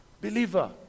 Believer